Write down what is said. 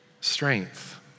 strength